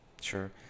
sure